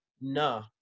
No